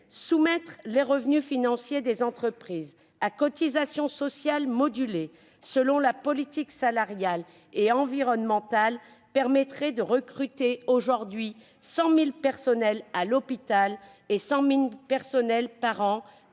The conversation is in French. soumettre les revenus financiers des entreprises à des cotisations sociales modulées selon la politique salariale et environnementale permettrait de recruter 100 000 personnels à l'hôpital et 100 000 personnels par an